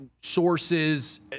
Sources